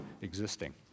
existing